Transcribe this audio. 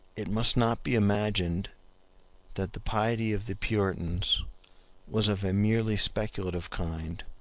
it must not be imagined that the piety of the puritans was of a merely speculative kind,